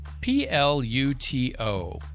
P-L-U-T-O